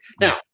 Now